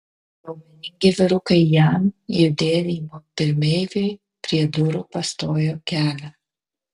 raumeningi vyrukai jam judėjimo pirmeiviui prie durų pastojo kelią